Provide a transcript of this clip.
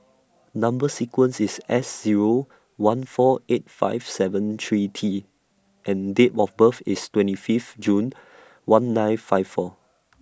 Number sequence IS S Zero one four eight five seven three T and Date of birth IS twenty Fifth June one nine five four